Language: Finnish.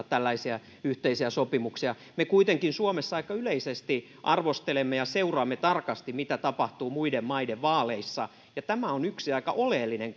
tällaisia yhteisiä sopimuksia me kuitenkin suomessa aika yleisesti arvostelemme ja seuraamme tarkasti mitä tapahtuu muiden maiden vaaleissa on yksi aika oleellinen